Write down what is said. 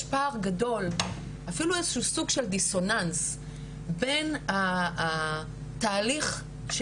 יש פער גדול אפילו איזשהו סוג של דיסוננס בין התהליך של